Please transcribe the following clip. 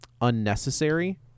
unnecessary